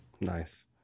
nice